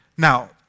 Now